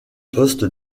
poste